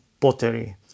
pottery